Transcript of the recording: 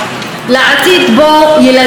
לעתיד שבו ילדים,